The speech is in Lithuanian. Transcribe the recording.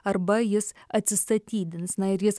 arba jis atsistatydins na ir jis